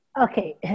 Okay